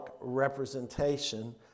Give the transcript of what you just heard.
representation